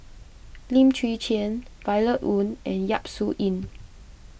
Lim Chwee Chian Violet Oon and Yap Su Yin